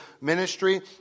ministry